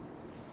sorry